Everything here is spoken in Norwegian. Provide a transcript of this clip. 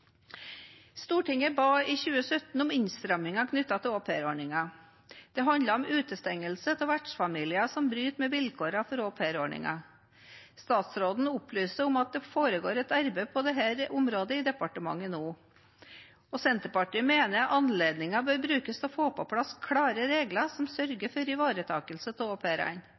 Stortinget ba i 2017 om innstramminger knyttet til aupairordningen. Det handlet om utestengelse av vertsfamilier som bryter med vilkårene for aupairordningen. Statsråden opplyser om at det foregår et arbeid på dette området i departementet nå. Senterpartiet mener anledningen bør brukes til å få på plass klare regler som sørger for ivaretakelse av